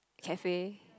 cafe